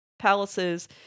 palaces